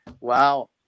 Wow